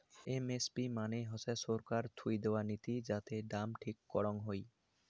MSP মানে হসে ছরকার থুই দেয়া নীতি যাতে দাম ঠিক করং হই